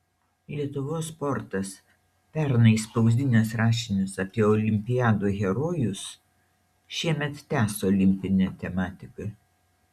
lietuvos sportas pernai spausdinęs rašinius apie olimpiadų herojus šiemet tęs olimpinę tematiką